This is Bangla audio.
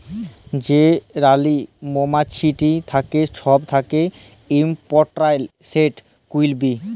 যে রালী মমাছিট থ্যাকে ছব থ্যাকে ইমপরট্যাল্ট, সেট কুইল বী